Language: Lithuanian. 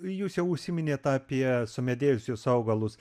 jūs jau užsiminėt apie sumedėjusius augalus